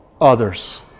others